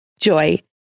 Joy